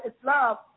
islam